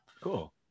Cool